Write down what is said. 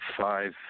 five